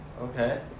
Okay